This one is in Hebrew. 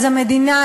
אז המדינה,